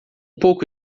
pouco